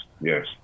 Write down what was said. yes